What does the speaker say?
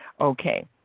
okay